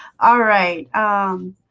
all right, um